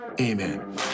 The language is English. Amen